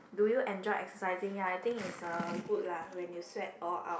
do you enjoy exercising ya I think is uh good lah when you sweat all out